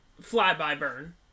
fly-by-burn